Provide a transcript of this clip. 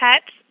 pets